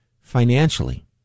financially